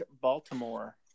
Baltimore